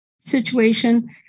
situation